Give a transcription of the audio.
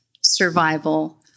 survival